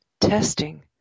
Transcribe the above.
testing